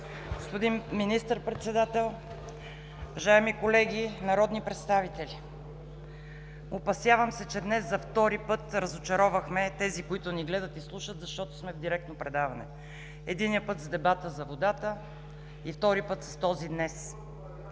господин Министър-председател, уважаеми колеги народни представители! Опасявам се, че днес за втори път разочаровахме тези, които ни гледат и слушат, защото сме в директно предаване: един път с дебата за водата и втория път – с този днес.